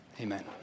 Amen